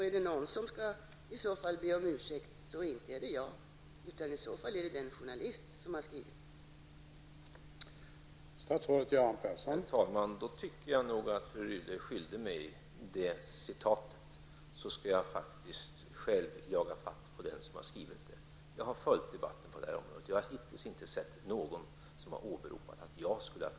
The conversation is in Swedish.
Är det någon som i så fall skall be om ursäkt så är det den journalist som har skrivit artikeln och inte jag.